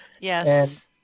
Yes